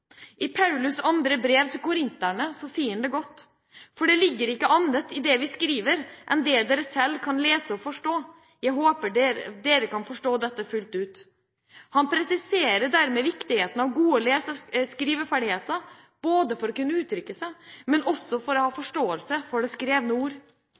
I Paulus’ andre brev til korinterne sier han det godt: «For det ligger ikke noe annet i det vi skriver, enn det dere selv kan lese og forstå. Jeg håper dere kan forstå fullt ut ...» Han presiserer dermed viktigheten av gode lese- og skriveferdigheter, både for å kunne uttrykke seg og for å ha forståelse for det skrevne ord.